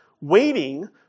waiting